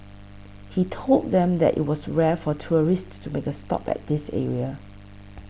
he told them that it was rare for tourists to make a stop at this area